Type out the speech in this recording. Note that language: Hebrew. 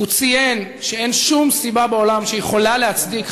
הוא ציין שאין שום סיבה בעולם שיכולה להצדיק,